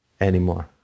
anymore